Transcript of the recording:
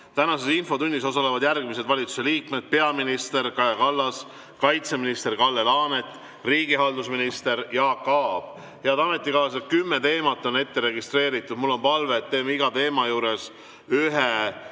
Tänases infotunnis osalevad järgmised valitsusliikmed: peaminister Kaja Kallas, kaitseminister Kalle Laanet ja riigihalduse minister Jaak Aab. Head ametikaaslased, kümme teemat on ette registreeritud. Mul on palve, et teeme iga teema juures ühe